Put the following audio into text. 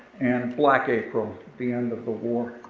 and black april, the end of the war.